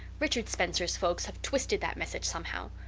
richard spencer's folks have twisted that message somehow.